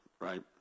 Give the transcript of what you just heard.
right